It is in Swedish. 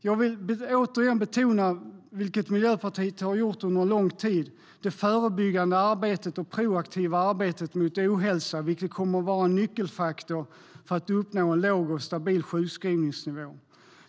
Jag vill återigen betona, vilket Miljöpartiet har gjort under lång tid, det förebyggande och proaktiva arbetet mot ohälsa, vilket kommer att vara en nyckelfaktor för att uppnå en låg och stabil sjukskrivningsnivå.